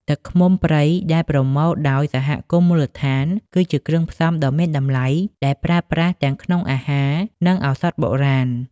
ទឹកឃ្មុំព្រៃដែលប្រមូលដោយសហគមន៍មូលដ្ឋាន គឺជាគ្រឿងផ្សំដ៏មានតម្លៃដែលប្រើប្រាស់ទាំងក្នុងអាហារ និងឱសថបុរាណ។